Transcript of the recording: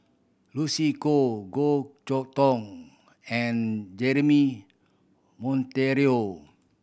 Lucy Koh Goh Chok Tong and Jeremy Monteiro